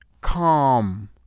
calm